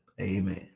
Amen